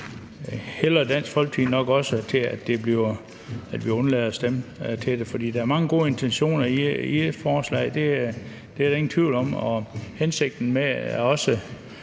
hælder Dansk Folkeparti nok også til, at vi undlader at stemme til det. Der er mange gode intentioner i forslaget, det er der ingen tvivl om. Hensigten med det er